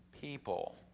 people